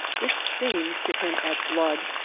it seems to hint at blood,